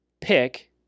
pick